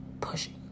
pushing